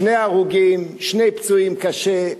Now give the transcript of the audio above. שני הרוגים, שני פצועים קשה.